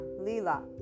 Lila